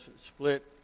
split